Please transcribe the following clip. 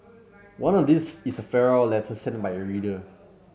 one of these is a farewell letter sent by a reader